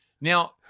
Now